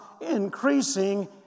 increasing